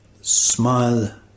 smile